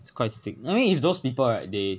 it's quite sick I mean if those people right they